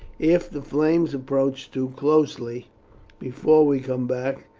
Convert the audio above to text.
if the flames approach too closely before we come back,